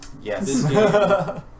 yes